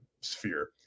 sphere